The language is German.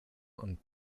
und